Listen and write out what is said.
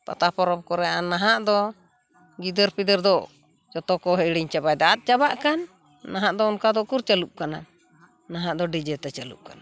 ᱯᱟᱛᱟ ᱯᱚᱨᱚᱵ ᱠᱚᱨᱮ ᱟᱨ ᱱᱟᱦᱟᱜ ᱫᱚ ᱜᱤᱫᱟᱹᱨ ᱯᱤᱫᱟᱹᱨ ᱫᱚ ᱡᱚᱛᱚ ᱠᱚ ᱦᱤᱲᱤᱧ ᱪᱟᱵᱟᱭᱮᱫᱟ ᱟᱫ ᱪᱟᱵᱟᱜ ᱠᱟᱱ ᱱᱟᱦᱟᱜᱫᱚ ᱚᱱᱠᱟ ᱫᱚ ᱩᱠᱩᱨ ᱪᱟᱹᱞᱩᱜ ᱠᱟᱱᱟ ᱱᱚᱦᱟᱜ ᱫᱚ ᱰᱤᱡᱮ ᱛᱮ ᱪᱟᱹᱞᱩᱜ ᱠᱟᱱᱟ